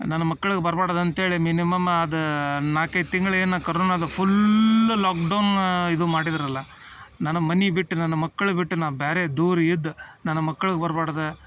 ನನ್ನ ಮಕ್ಳಿಗೆ ಬರ್ಬ್ಯಾಡ್ದು ಅಂಥೇಳಿ ಮಿನಿಮಮ್ ಅದು ನಾಲ್ಕೈದು ತಿಂಗ್ಳು ಏನು ಕರೋನಾದ ಫುಲ್ ಲಾಕ್ಡೌನ ಇದು ಮಾಡಿದರಲ್ಲ ನನ್ನ ಮನೆ ಬಿಟ್ಟು ನನ್ನ ಮಕ್ಳು ಬಿಟ್ಟು ನಾನು ಬೇರೆ ದೂರ ಇದ್ದು ನನ್ನ ಮಕ್ಳಿಗೆ ಬರ್ಬ್ಯಾಡ್ದು